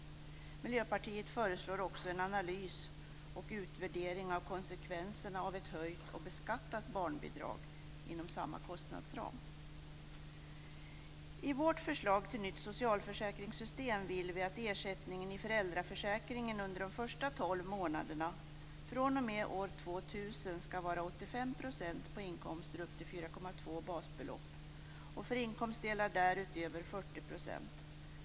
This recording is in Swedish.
Miljöpartiet föreslår också en analys och utvärdering av konsekvenserna av ett höjt och beskattat barnbidrag inom samma kostnadsram. I vårt förslag till nytt socialförsäkringssystem vill vi att ersättningen i föräldraförsäkringen under de första tolv månaderna fr.o.m. år 2000 skall vara 85 % på inkomster upp till 4,2 basbelopp och för inkomstdelar därutöver 40 %.